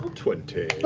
twenty.